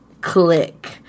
click